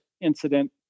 incident